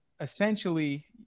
essentially